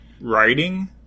writing